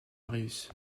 marius